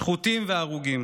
השחוטים וההרוגים.